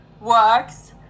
works